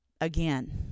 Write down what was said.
again